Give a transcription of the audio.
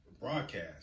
broadcast